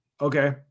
okay